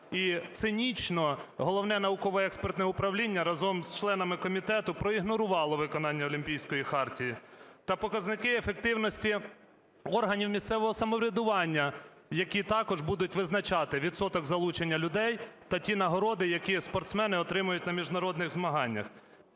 цинічно Головне науково-експертне управління разом з членами комітету проігнорувало виконання Олімпійської хартії. Та показники ефективності органів місцевого самоврядування, які також будуть визначати відсоток залучення людей та ті нагороди, які спортсмени отримують на міжнародних змаганнях.